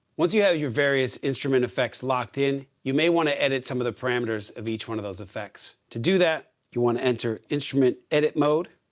once you have your various instrument effects locked in, you may want to edit some of the parameters of each one of those effects. to do that, you want to enter instrument edit mode.